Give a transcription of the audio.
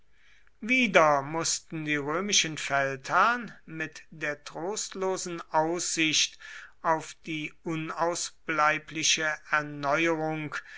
wieder mußten die römischen feldherrn mit der trostlosen aussicht auf die unausbleibliche erneuerung